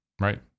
right